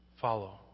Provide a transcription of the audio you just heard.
Follow